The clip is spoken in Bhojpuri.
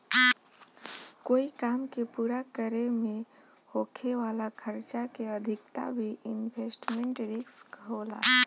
कोई काम के पूरा करे में होखे वाला खर्चा के अधिकता भी इन्वेस्टमेंट रिस्क होला